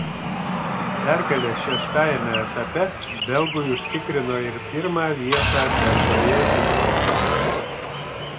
pergalė šeštajame etape belgui užtikrino ir pirmą vietą bendroje įskaitoje